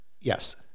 Yes